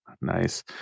Nice